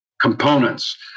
components